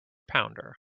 pounder